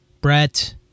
Brett